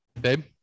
Babe